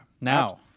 Now